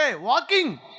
walking